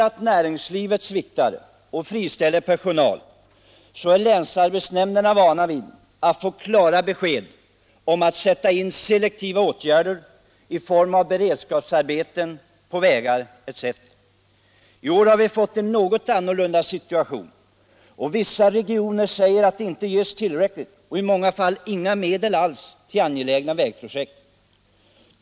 Då näringslivet sviktar och friställer personal är länsarbetsnämnderna vana att få klara besked om att sätta in selektiva åtgärder i form av beredskapsarbeten på vägar etc. I år har vi fått en något annorlunda situation, och många regioner säger att det inte ges tillräckliga och i många fall inga medel alls till angelägna vägprojekt.